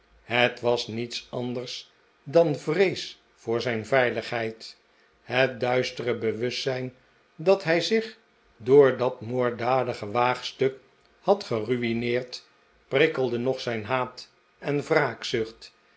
het was niets anders dan vrees voor zijn veiligheid het duistere bewustzijn dat hij zich door dat moorddadige waagstuk had geruineerd prikkelde nog zijn haat en